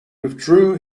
withdrew